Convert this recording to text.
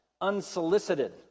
Unsolicited